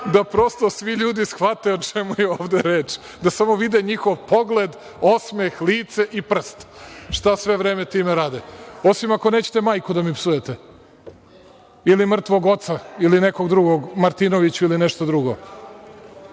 da prosto svi ljudi shvate o čemu je ovde reč, da samo vide njihov pogled, osmeh, lice i prst, šta sve vreme time rade. Osim ako nećete da mi majku psujete ili mrtvog oca ili nekog drugog Martinoviću ili nešto drugo.